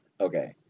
okay